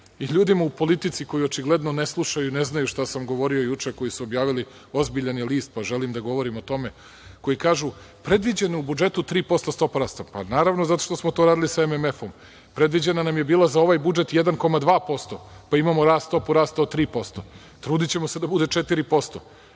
i ljudima u politici koji očigledno ne slušaju i ne znaju šta sam govorio juče, a koji su objavili, ozbiljan je list, pa želim da govorim o tome, koji kažu – predviđeno je u budžetu 3% stopa rasta. Pa, naravno, zato što smo to radili sa MMF-om. Predviđena nam je bila za ovaj budžet 1,2%, pa imamo stopu rasta od 3%. Trudićemo se da bude 4%